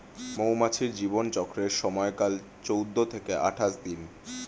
মৌমাছির জীবন চক্রের সময়কাল চৌদ্দ থেকে আঠাশ দিন